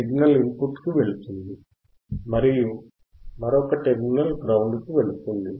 signal input కి వెళుతుంది మరియు మరొక టెర్మినల్ గ్రౌండ్ కి వెళుతుంది